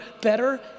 better